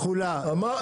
נגמר.